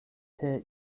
per